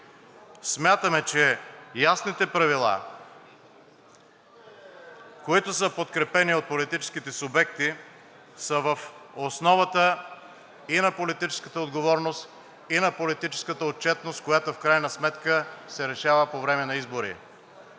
Смятаме, че ясните правила, които са подкрепени от политическите субекти, са в основата и на политическата отговорност, и на политическата отчетност, която в крайна сметка се решава по време на избори.